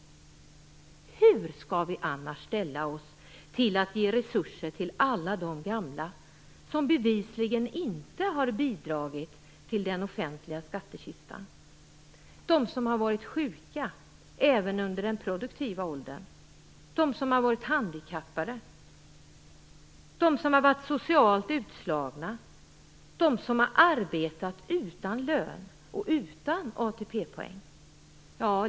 Hur skall vi annars ställa oss till att ge resurser till alla de gamla som bevisligen inte har bidragit till den offentliga skattekistan? De som har varit sjuka även under den produktiva åldern, de som har varit handikappade, de som varit socialt utslagna, de som har arbetat utan lön och utan ATP-poäng.